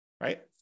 Right